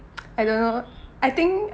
I don't know I think